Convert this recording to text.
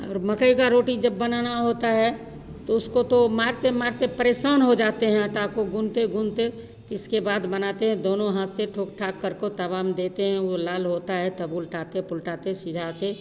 और मकई की रोटी जब बनानी होती है तो उसको तो मारते मारते परेशान हो जाते हैं आटा को गूनते गूनते तो इसके बाद बनाते हैं दोनों हाथ से ठाेक ठाककर को तवा में देते हैं वह लाल होती है तब उलटाते पुलटाते सिझाते